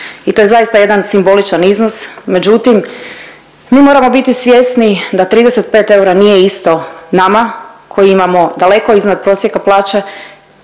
i to je zaista jedan simboličan iznos, međutim mi moramo biti svjesni da 35 eura nije isto nama koji imamo daleko iznad prosjeka plaće